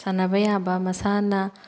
ꯁꯥꯟꯅꯕ ꯌꯥꯕ ꯃꯁꯥꯟꯅ